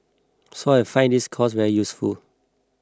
so I find this course very useful